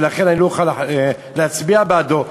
ולכן אני לא אוכל להצביע בעדו,